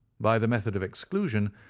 by the method of exclusion,